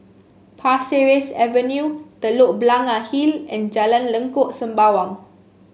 Pasir Ris Avenue Telok Blangah Hill and Jalan Lengkok Sembawang